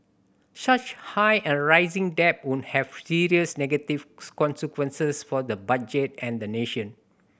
such high and rising debt would have serious negative consequences for the budget and the nation